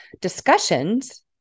discussions